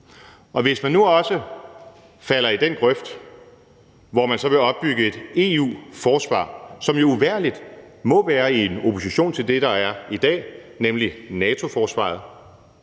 Hvis man nu også falder i den grøft, hvor man så vil opbygge et EU-forsvar, som jo uvægerlig må være i opposition til det, der er i dag, nemlig NATO-forsvaret,